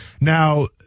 Now